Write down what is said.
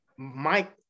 Mike